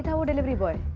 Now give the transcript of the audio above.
so delivery boy.